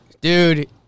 Dude